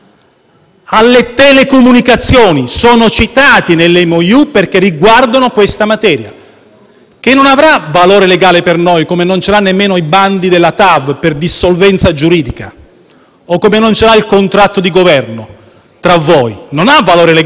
non avere valore legale per noi, come non ce l'hanno nemmeno i bandi della TAV, per dissolvenza giuridica, e come non ce l'ha il contratto di Governo tra voi; ripeto che non ha valore legale giuridico, ma per la Cina ha un valore strategico fondamentale. Nel 2017